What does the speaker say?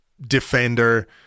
defender